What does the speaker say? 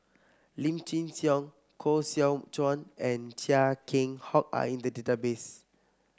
Lim Chin Siong Koh Seow Chuan and Chia Keng Hock are in the database